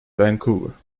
vancouver